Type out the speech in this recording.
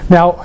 Now